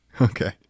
okay